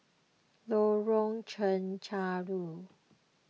Lorong Chencharu